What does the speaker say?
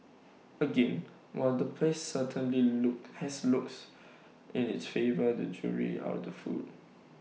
again while the place certainly look has looks in its favour the jury out on the food